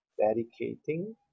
dedicating